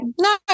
no